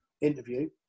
interview